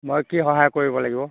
মই কি সহায় কৰিব লাগিব